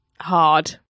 hard